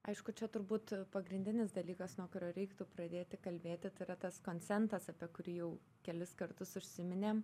aišku čia turbūt pagrindinis dalykas nuo kurio reiktų pradėti kalbėti tai yra tas koncentas apie kurį jau kelis kartus užsiminėm